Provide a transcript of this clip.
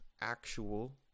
actual